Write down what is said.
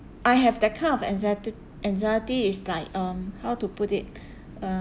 I have that kind of anxiet~ anxiety it's like um how to put it